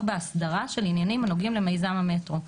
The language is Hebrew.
בהסדרה של עניינים הנוגעים למיזם המטרו,